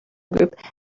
group